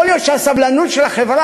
יכול להיות שהסבלנות של החברה,